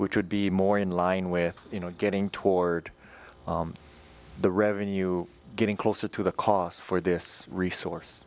which would be more in line with you know getting toward the revenue getting closer to the cost for this resource